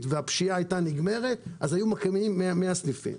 והפשיעה הייתה נגמרת אז היו מקימים 100 סניפים,